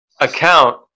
account